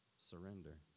Surrender